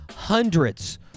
Hundreds